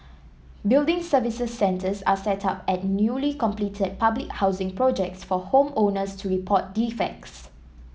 building services centres are set up at newly completed public housing projects for home owners to report defects